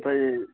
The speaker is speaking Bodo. ओमफ्राय